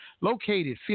Located